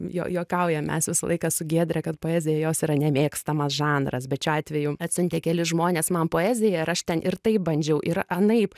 juo juokaujam mes visą laiką su giedre kad poezija jos yra nemėgstamas žanras bet šiuo atveju atsiuntė keli žmonės man poeziją ir aš ten ir taip bandžiau ir anaip